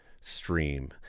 stream